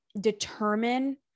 determine